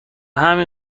همین